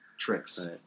tricks